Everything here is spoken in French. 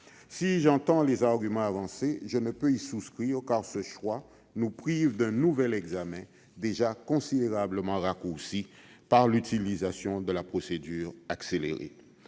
Si j'entends les arguments avancés, je ne peux y souscrire, car ce choix nous prive d'un nouvel examen, déjà considérablement raccourci par le recours à la procédure accélérée,